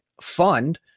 fund